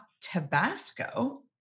Tabasco